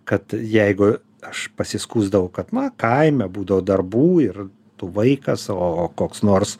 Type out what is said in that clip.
kad jeigu aš pasiskųsdavau kad na kaime būdavo darbų ir tu vaikas o koks nors